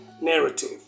narrative